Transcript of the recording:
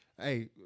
Hey